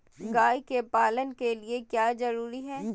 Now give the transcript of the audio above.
गाय के पालन के लिए क्या जरूरी है?